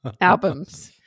albums